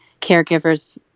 caregivers